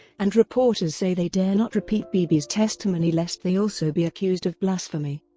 and reporters say they dare not repeat bibi's testimony lest they also be accused of blasphemy.